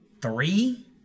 three